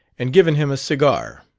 and given him a cigar.